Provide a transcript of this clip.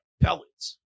pellets